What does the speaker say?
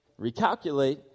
recalculate